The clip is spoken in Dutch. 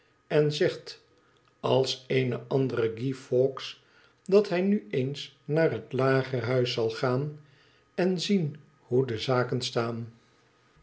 en zegt als een andere guy fawkes dat hij nu eens naar het lagerhuis zal gaan en zien hoe de zaken staan